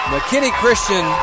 McKinney-Christian